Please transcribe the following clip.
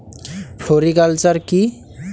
Floriculture কি?